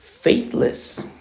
faithless